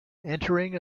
entering